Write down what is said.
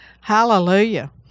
hallelujah